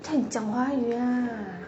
快点讲华语啊